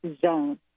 zone